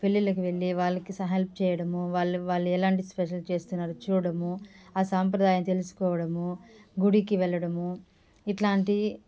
పెళ్లిళ్లకు వెళ్లి వాళ్లకి సహా హెల్ప్ చేయడము వాల్ వాళ్లు ఎలాంటి స్పెషల్ చేస్తున్నారు చూడడము ఆ సంప్రదాయం తెలుసుకోవడము గుడికి వెళ్లడము ఇట్లాంటి